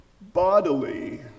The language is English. Bodily